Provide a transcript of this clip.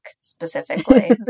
specifically